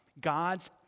God's